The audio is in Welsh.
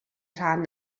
rhan